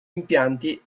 impianti